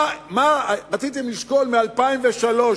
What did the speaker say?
רציתם לשקול מ-2003.